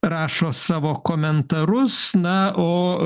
rašo savo komentarus na o